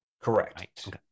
Correct